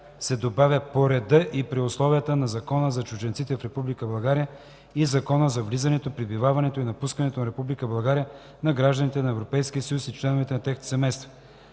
се добавя „по реда и при условията на Закона за чужденците в Република България и Закона за влизането, пребиваването и напускането на Република България на гражданите на Европейския съюз и членовете на техните семейства.